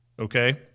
Okay